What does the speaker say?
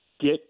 get